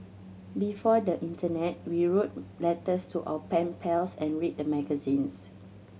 before the internet we wrote letters to our pen pals and read magazines